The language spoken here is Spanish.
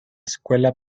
escuela